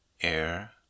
air